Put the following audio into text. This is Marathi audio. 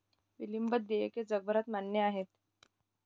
विलंबित देयके जगभरात मान्य आहेत